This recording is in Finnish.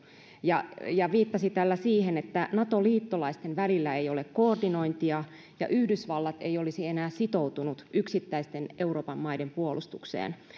ja ja viittasi tällä siihen että nato liittolaisten välillä ei ole koordinointia ja että yhdysvallat ei olisi enää sitoutunut yksittäisten euroopan maiden puolustukseen